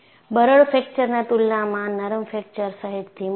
બરડ ફ્રેકચરના તુલનામાં નરમ ફ્રેકચર સહેજ ધીમું છે